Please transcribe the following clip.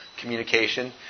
communication